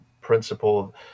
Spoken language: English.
principle